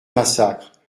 massacres